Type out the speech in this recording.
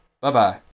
Bye-bye